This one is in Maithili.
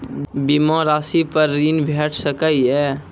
बीमा रासि पर ॠण भेट सकै ये?